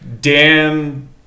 Dan